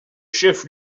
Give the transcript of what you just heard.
chef